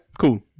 cool